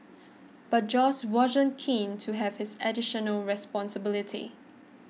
but Josh wasn't keen to have this additional responsibility